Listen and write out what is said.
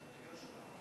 לא.